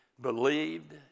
believed